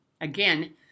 again